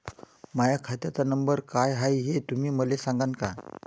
माह्या खात्याचा नंबर काय हाय हे तुम्ही मले सागांन का?